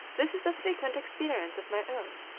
this is a frequent experience of my own.